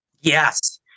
Yes